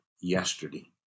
yesterday